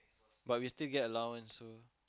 but we still get allowance so